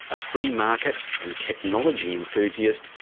a free market and technology enthusiast,